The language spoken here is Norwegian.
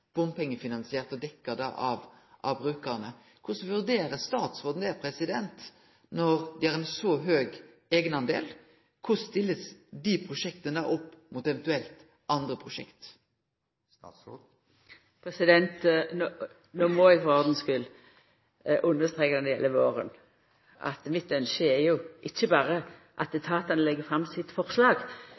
av brukarane? Korleis vurderer statsråden det? Når det er ein så høg eigendel, korleis blir desse prosjekta stilte opp mot eventuelt andre prosjekt? No må eg for ordens skuld understreka når det gjeld våren, at ynsket mitt er ikkje berre at etatane legg fram sitt forslag